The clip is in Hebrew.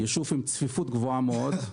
יישוב עם צפיפות גבוהה מאוד,